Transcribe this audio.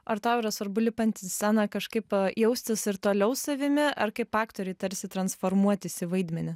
ar tau yra svarbu lipant į sceną kažkaip jaustis ir toliau savimi ar kaip aktoriui tarsi transformuotis į vaidmenį